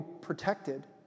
protected